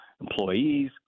employees